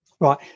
right